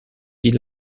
ils